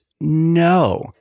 No